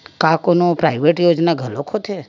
का कोनो प्राइवेट योजना घलोक होथे?